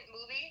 movie